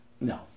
no